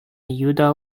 juda